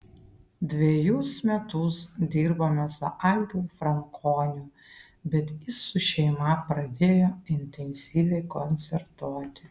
dvejus metus dirbome su algiu frankoniu bet jis su šeima pradėjo intensyviai koncertuoti